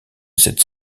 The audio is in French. cette